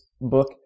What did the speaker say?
book